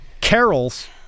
Carols